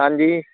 ਹਾਂਜੀ